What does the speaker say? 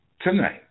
tonight